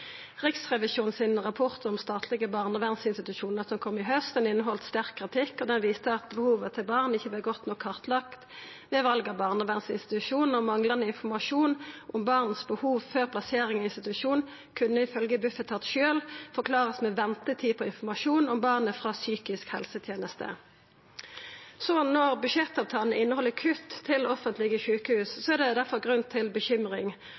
rapport om statlege barnevernsinstitusjonar, som kom i haust, inneheldt sterk kritikk, og han viste at behova til barna ikkje vert godt nok kartlagde ved val av barnevernsinstitusjon. Manglande informasjon om behova til barna før plassering i institusjon kunne ifølgje Bufetat sjølv forklarast med ventetid på informasjon om barnet frå psykisk helseteneste. Så når budsjettavtalen inneheld kutt til offentlege sjukehus, er det derfor grunn til bekymring.